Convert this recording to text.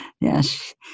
yes